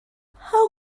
how